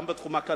גם בתחום הכלכלי,